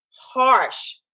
Harsh